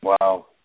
Wow